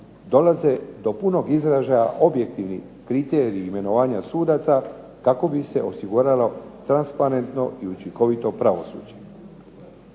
dolaze do punog izražaj objektivni kriteriji imenovanja sudaca kako bi se osiguralo transparentno i učinkovito pravosuđe.